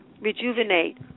Rejuvenate